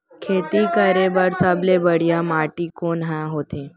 खेती करे बर सबले बढ़िया माटी कोन हा होथे?